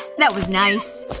that was nice.